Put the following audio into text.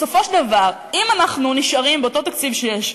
בסופו של דבר, אם אנחנו נשארים באותו תקציב שיש,